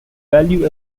value